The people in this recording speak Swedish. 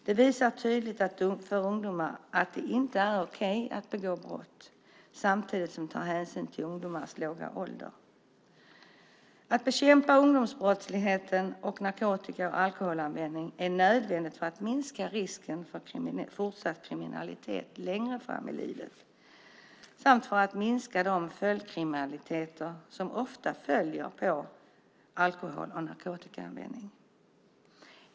Det visar tydligt för ungdomar att det inte är okej att begå brott samtidigt som den tar hänsyn till ungdomarnas låga ålder. Att bekämpa ungdomsbrottslighet och användning av alkohol och narkotika är nödvändigt för att minska risken för fortsatt kriminalitet längre fram i livet samt för att minska den följdkriminalitet som ofta följer på alkohol och narkotikaanvändning.